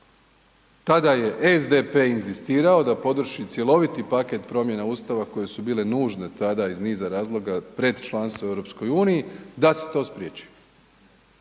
se ne razumije./... cjeloviti paket promjena Ustava koje su bile nužne tada iz niza razloga pred članstvo u EU da se to spriječi.